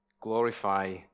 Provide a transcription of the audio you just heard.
Glorify